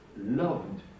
loved